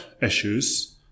issues